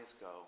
go